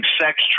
sex